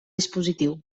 dispositiu